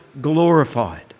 glorified